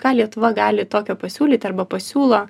ka lietuva gali tokio pasiūlyti arba pasiūlo